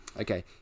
Okay